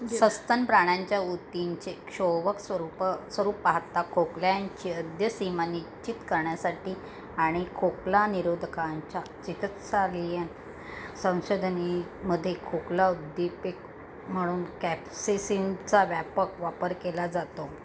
सस्तन प्राण्यांच्या ऊत्तींचे क्षोभक स्वरूप स्वरूप पाहता खोकल्यांची अध सीमा निश्चित करण्यासाठी आणि खोकला निरोधकांच्या चिकित्सालयीन संशोधनामध्ये खोकला उद्दीपक म्हणून कॅप्सेसिनचा व्यापक वापर केला जातो